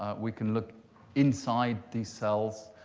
ah we can look inside these cells